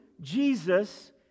Jesus